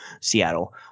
Seattle